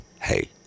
hey